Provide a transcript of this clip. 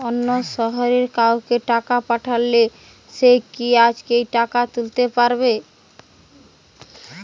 অন্য শহরের কাউকে টাকা পাঠালে সে কি আজকেই টাকা তুলতে পারবে?